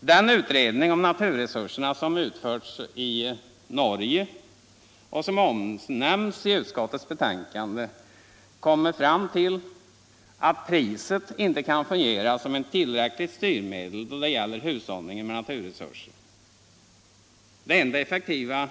Den utredning om naturresurserna som utförts i Norge och som omnämns i utskottsbetänkandet kommer fram till att priset inte kan fungera som ett tillräckligt styrmedel då det gäller hushållningen med naturresurserna. Det enda effektiva